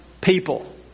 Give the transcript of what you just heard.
people